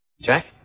Jack